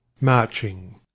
marching